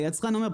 היצרן אומר,